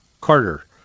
Carter